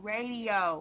Radio